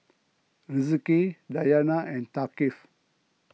Rizqi Dayana and Thaqif